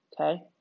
Okay